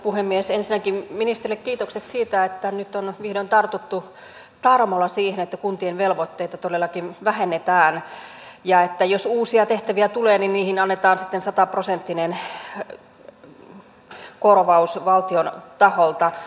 ensinnäkin ministerille kiitokset siitä että nyt on vihdoin tartuttu tarmolla siihen että kuntien velvoitteita todellakin vähennetään ja että jos uusia tehtäviä tulee niin niihin annetaan sitten sataprosenttinen korvaus valtion taholta